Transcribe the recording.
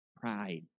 pride